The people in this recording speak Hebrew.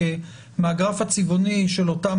כי בגרף הצבעוני של אותן